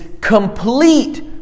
complete